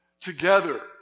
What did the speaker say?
Together